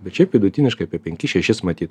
bet šiaip vidutiniškai apie penkis šešis matyt